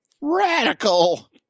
Radical